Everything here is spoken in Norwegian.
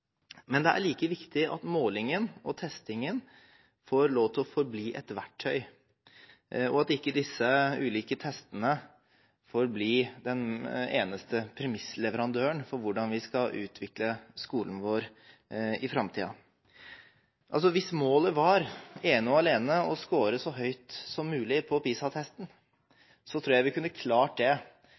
testingen får lov til å forbli et verktøy, og at ikke disse ulike testene får bli den eneste premissleverandøren for hvordan vi skal utvikle skolen vår i framtiden. Hvis målet ene og alene var å score så høyt som mulig på PISA-testen, tror jeg vi kunne klart det